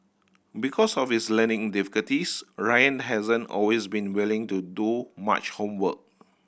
because of his learning difficulties Ryan hasn't always been willing to do much homework